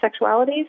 sexualities